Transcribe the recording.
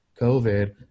COVID